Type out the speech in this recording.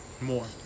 More